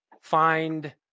find